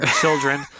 children